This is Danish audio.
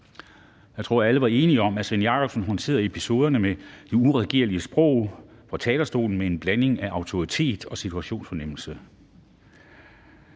Jeg tror, at alle var enige om, at Svend Jakobsen håndterede episoderne med det uregerlige sprog fra talerstolen med en blanding af autoritet og situationsfornemmelse.